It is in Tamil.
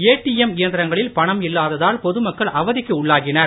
ஏடிஎம் இயந்திரங்களில் பணம் இல்லாததால் பொதுமக்கள் அவதிக்கு உள்ளாகினர்